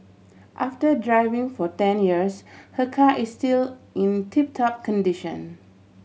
after driving for ten years her car is still in tip top condition